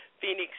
Phoenix